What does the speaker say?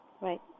Right